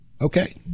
Okay